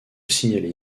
signaler